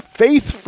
faith